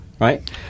right